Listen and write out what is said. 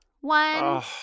one